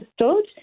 understood